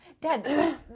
dad